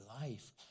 life